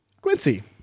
Quincy